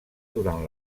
durant